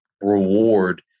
reward